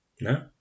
No